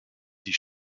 die